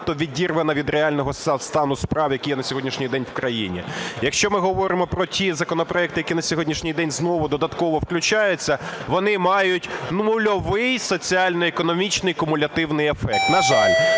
відірвана від реального стану справ, які є на сьогоднішній день в країні. Якщо ми говоримо про ті законопроекти, які на сьогоднішній день знову додатково включаються, вони мають нульовий соціально-економічний кумулятивний ефект, на жаль.